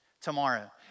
tomorrow